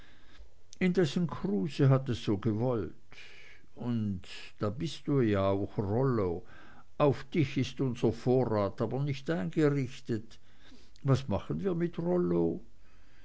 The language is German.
indessen kruse hat es so gewollt da bist du ja auch rollo auf dich ist unser vorrat aber nicht eingerichtet was machen wir mit rollo